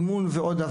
בנוסף לאימון.